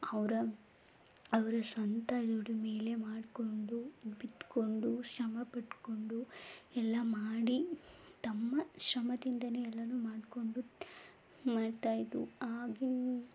ಅವರ ಅವರ ಸ್ವಂತ ದುಡಿಮೆಯಲ್ಲೇ ಮಾಡಿಕೊಂಡು ಬಿತ್ಕೊಂಡು ಶ್ರಮ ಪಟ್ಕೊಂಡು ಎಲ್ಲ ಮಾಡಿ ತಮ್ಮ ಶ್ರಮದಿಂದಲೇ ಎಲ್ಲನೂ ಮಾಡಿಕೊಂಡು ಮಾಡ್ತಾಯಿದ್ದರು ಆಗಿನ